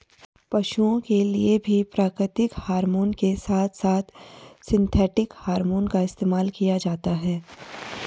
पशुओं के लिए भी प्राकृतिक हॉरमोन के साथ साथ सिंथेटिक हॉरमोन का इस्तेमाल किया जाता है